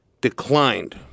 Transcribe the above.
declined